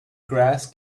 grass